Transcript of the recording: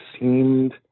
seemed